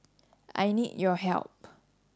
I need your help